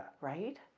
Right